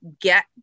get